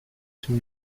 tüm